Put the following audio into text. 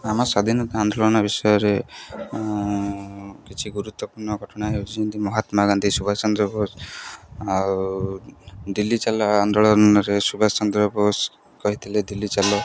ଆମ ଆନ୍ଦୋଳନ ବିଷୟରେ କିଛି ଗୁରୁତ୍ୱପୂର୍ଣ୍ଣ ଘଟଣା ହେଉଛି ଯେମିତି ମହାତ୍ମାଗାନ୍ଧୀ ସୁବାଷ ଚନ୍ଦ୍ର ବୋଷ ଆଉ ଦିଲ୍ଲୀ ଚାଲ ଆନ୍ଦୋଳନରେ ସୁବାଷ ଚନ୍ଦ୍ର ବୋଷ କହିଥିଲେ ଦିଲ୍ଲୀ ଚାଲ